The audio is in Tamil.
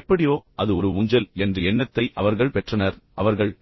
எப்படியோ அது ஒரு ஊஞ்சல் என்ற எண்ணத்தை அவர்கள் மீண்டும் பெற்றனர் ஆனால் அவர்கள்